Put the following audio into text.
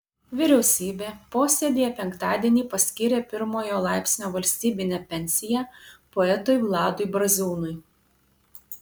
vyriausybė posėdyje penktadienį paskyrė pirmojo laipsnio valstybinę pensiją poetui vladui braziūnui